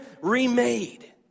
remade